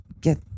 Get